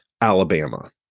Alabama